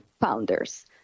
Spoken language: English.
founders